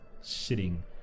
sitting